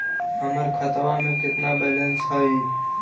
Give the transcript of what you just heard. हमर खतबा में केतना बैलेंस हई?